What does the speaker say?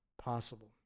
possible